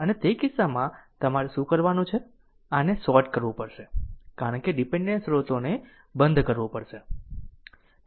અને તે કિસ્સામાં તમારે શું કરવાનું છે આને શોર્ટ કરવું પડશે કારણ કે ડીપેન્ડેન્ટ સ્રોતોને બંધ કરવો પડશે